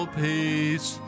peace